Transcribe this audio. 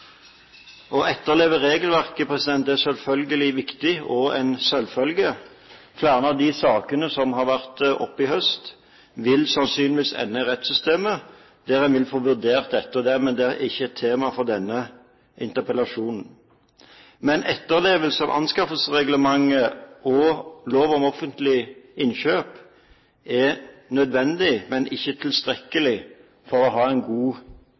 Å etterleve regelverket er selvfølgelig viktig og en selvfølge. Flere av de sakene som har vært oppe i høst, vil sannsynligvis ende i rettssystemet, der en vil få vurdert dette. Men det er ikke tema for denne interpellasjonen. Etterlevelse av anskaffelsesreglementet og lov om offentlige innkjøp er nødvendig, men ikke tilstrekkelig for å ha en god